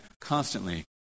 constantly